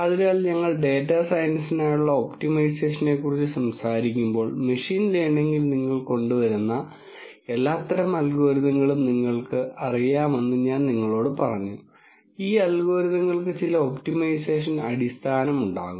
അതിനാൽ ഞങ്ങൾ ഡാറ്റാ സയൻസിനായുള്ള ഒപ്റ്റിമൈസേഷനെക്കുറിച്ച് സംസാരിക്കുമ്പോൾ മെഷീൻ ലേണിംഗിൽ നിങ്ങൾ കൊണ്ടുവരുന്ന എല്ലാത്തരം അൽഗോരിതങ്ങളും നിങ്ങൾക്ക് അറിയാമെന്ന് ഞാൻ നിങ്ങളോട് പറഞ്ഞു ഈ അൽഗരിതങ്ങൾക്ക് ചില ഒപ്റ്റിമൈസേഷൻ അടിസ്ഥാനം ഉണ്ടാകും